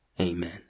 Amen